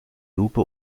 lupe